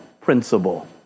principle